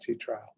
trial